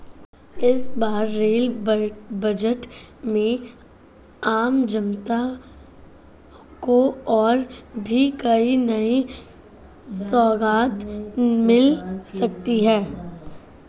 इस बार rail budget में आम जनता को और भी कई नई सौगात मिल सकती हैं